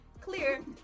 clear